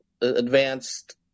advanced